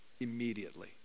immediately